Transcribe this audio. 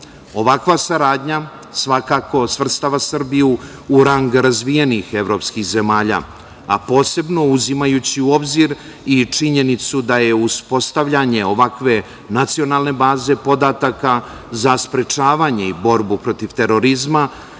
saradnja svakako svrstava Srbiju u rang razvijenih evropskih zemalja, a posebno uzimajući u obzir i činjenicu da je uspostavljanje ovakve nacionalne baze podataka za sprečavanje i borbu protiv terorizma